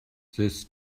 this